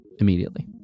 immediately